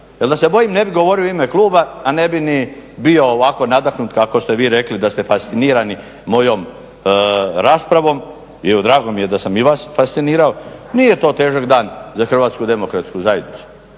jer da se bojim ne bih govorio u ime kluba, a ne bi ni bio ovako nadahnut kako ste vi rekli da ste fascinirani mojom raspravom i evo drago mi je da sam i vas fascinirao. Nije to težak dan za HDZ. 2001. je bio